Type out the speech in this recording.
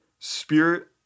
spirit